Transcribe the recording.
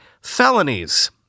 felonies